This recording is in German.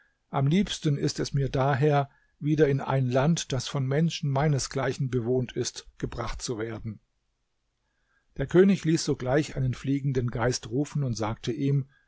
am liebsten ist es mir daher wieder in ein land das von menschen meinesgleichen bewohnt ist gebracht zu werden der könig ließ sogleich einen fliegenden geist rufen und sagte ihm